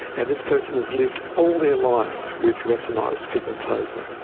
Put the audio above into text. and this person has lived all their life with retinitis pigmentosa.